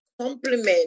complement